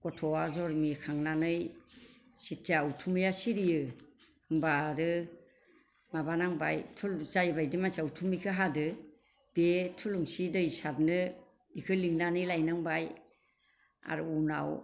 गथ'आ जोनोम जाखांनानै जेतिया उथुमैया सिरियो होनबा आरो माबानांबाय थुल जाय बायदि मानसिया उथुमैखो हादों बे थुलुंसि दै सारनो बिखौ लिंनानै लायनांबाय आरो उनाव